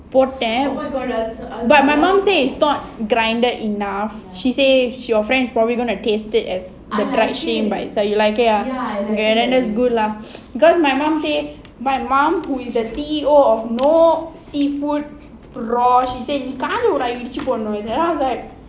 போட்டேன்:potaen but my mom said not grinded enough she say your friends probably gonna taste it as the dried shrimp by itself you like ya okay then that's good lah because my mom say my mom who is the C_E_O of no seafood broth she said இடிச்சி போடணும்:idichi podanum then I was like